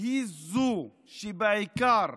היא זו שבעיקר